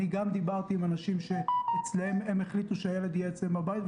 גם דיברתי עם אנשים שהחליטו שהילד יהיה אצלם בבית,